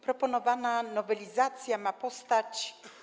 Proponowana nowelizacja ma postać.